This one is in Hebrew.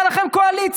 הייתה לכם קואליציה.